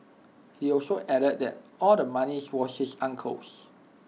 he also added that all the money was his uncle's